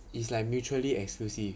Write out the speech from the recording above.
is like mutually exclusive